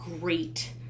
great